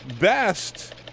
best